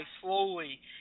slowly